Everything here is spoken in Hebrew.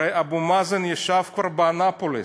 הרי אבו מאזן ישב כבר באנאפוליס,